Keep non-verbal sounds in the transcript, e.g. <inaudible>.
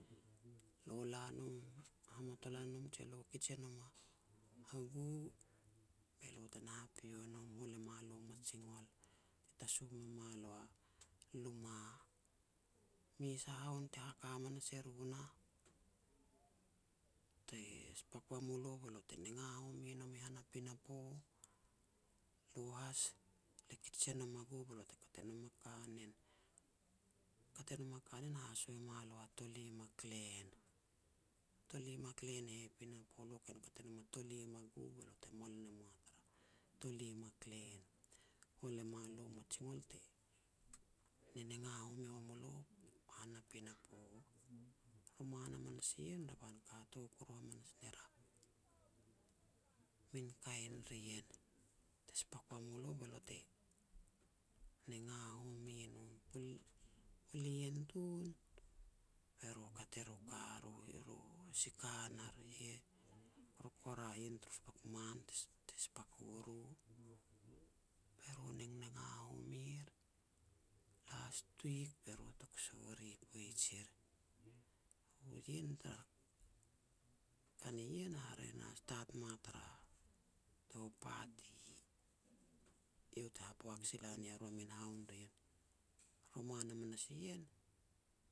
Lo la nom, hamatolan nom je lo kij e nom a gu, be lo te na hapio nom, hol e mua lo majigol te tasu me mua lo a luma. Mes a haun ti haka hamas eru nah, te spak ua mulo be lo te nenga home nom i han a pinapo, lo has le kij se nom a gu be lo te kat e nom a kanen. Kat e nom a kanen, haso e mua lo a tolim a klen, tolim a klen e heh pinapo, le ken kat e nom a tolim a gu be lo te mol ne mua tara tolim a klen, hol e mua lo majigol te nenenga home wa mulo han a pinapo. Roman hamanas ien revan e kato kuru hamanas ner a min kain ri ien, te spak wa mulo be lo te nenga home nom. Pul-Puli ien tun, beru kat er u ka, eru-eru sikhan ar, hikorkora ien turu spak man ti-ti spak u ru. Be ru nengnega homer. Last week be ru e tok sori poaj er. <unintelligible> Ien tara ka nien, hare na, stat ma tara tou party, iau ti haboak sila nia ru a min haun ri ien. Roman hamanas ien,